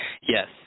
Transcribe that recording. Yes